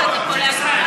הליכוד,